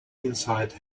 inside